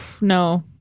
No